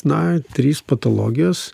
na trys patologijos